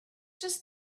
just